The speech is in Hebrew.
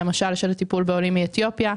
למשל על טיפול בעולים מאתיופיה,